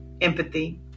empathy